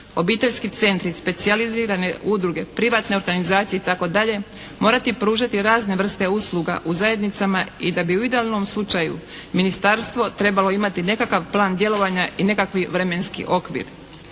obiteljski centri, specijalizirane udruge, privatne organizacije i tako dalje morati pružati razne vrste usluga u zajednicama i da bi u idealnom slučaju Ministarstvo trebalo imati nekakav plan djelovanja i nekakvi vremenski okvir.